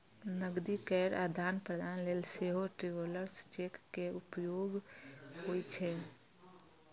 नकदी केर आदान प्रदान लेल सेहो ट्रैवलर्स चेक के उपयोग होइ छै